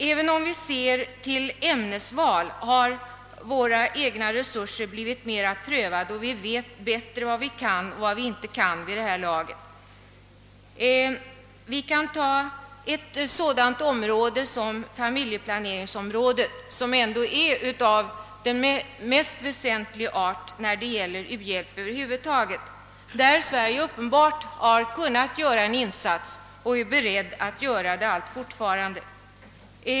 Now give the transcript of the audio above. Även beträffande ämnesvalet har våra egna resurser blivit mera prövade, och vid detta laget vet vi bättre vad vi kan och inte kan göra. Låt oss t.ex. se på familjeplaneringsområdet, som är det kanske mest väsentliga över huvud taget i u-hjälpen. Där har Sverige uppenbart kunnat göra en insats, och vi är alltjämt beredda därtill.